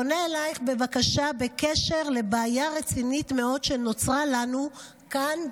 פונה אלייך בבקשה בקשר לבעיה רצינית מאוד שנוצרה לנו כאן,